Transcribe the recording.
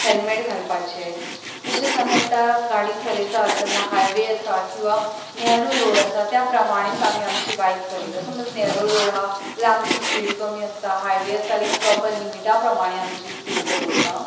helmet घालपाचें तशेंच आमी आतां गाडी चलयतात तेन्ना हायवे आसा किंवां नॅरो रोड आसा त्याप्रमाणेंच आमी आमची बायक चलयता समज रोड आसा जाल्यार आमची स्पीड कमी आसता हायवे आसा जाल्यार एक प्रोपर लिमिटा प्रमाणें आमची स्पीड दवरता